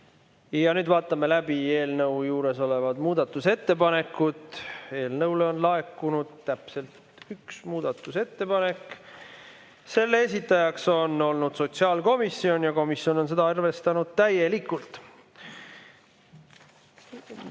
Ja nüüd vaatame läbi eelnõu juures olevad muudatusettepanekud. Eelnõu kohta on laekunud täpselt üks muudatusettepanek. Selle esitaja on olnud sotsiaalkomisjon ja komisjon on seda arvestanud täielikult. Juhtivkomisjon